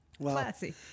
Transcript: Classy